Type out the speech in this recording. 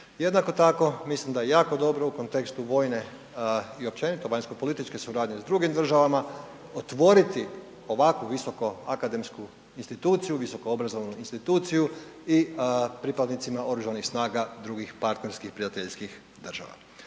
Jednako tako, mislim da je jako dobro u kontekstu vojne i općenito vanjskopolitičke suradnje s drugim državama otvoriti ovakvu visokoakademsku instituciju, visokoobrazovnu instituciju i pripadnicima oružanih snaga drugih partnerskih prijateljskih država.